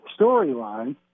storyline